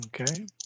Okay